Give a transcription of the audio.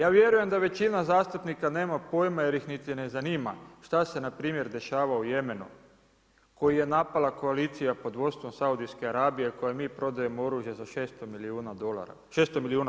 Ja vjerujem da većina zastupnika nema pojma jer ih niti ne zanima šta se npr. dešava u Jemenu koji je napala koalicija pod vodstvom Saudijske Arabije kojoj mi prodajemo oružje za 600 milijuna kuna.